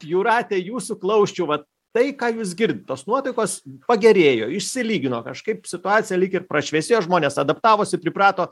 jūrate jūsų klausčiau vat tai ką jūs girdit tos nuotaikos pagerėjo išsilygino kažkaip situacija lyg ir prašviesėjo žmonės adaptavosi priprato